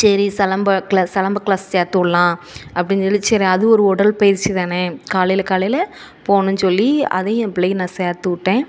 சரி சிலம்பம் க்ளாஸ் சிலம்ப க்ளாஸ் சேத்துவுட்ரலாம் அப்படின்னு சொல்லி சரி அது ஒரு உடல்பயிற்சி தானே காலையில் காலையில் போகணுன்னு சொல்லி அதையும் என் பிள்ளைக்கு நான் சேத்துவிட்டேன்